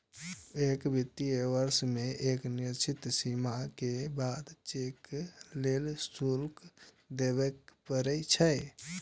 एक वित्तीय वर्ष मे एक निश्चित सीमा के बाद चेक लेल शुल्क देबय पड़ै छै